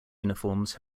uniforms